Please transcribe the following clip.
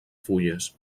fulles